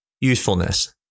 usefulness